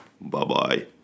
Bye-bye